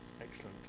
Excellent